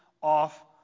off